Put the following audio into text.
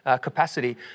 capacity